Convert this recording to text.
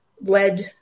led